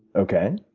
okay.